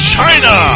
China